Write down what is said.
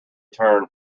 turn